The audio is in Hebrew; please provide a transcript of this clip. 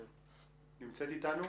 נמצאת איתנו?